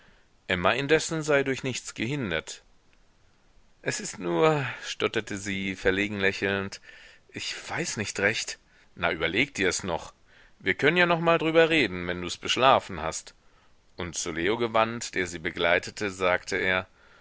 emma indessen sei durch nichts gehindert es ist nur stotterte sie verlegen lächelnd ich weiß nicht recht na überleg dirs noch wir können ja noch mal darüber reden wenn dus beschlafen hast und zu leo gewandt der sie begleitete sagte er